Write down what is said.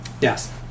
yes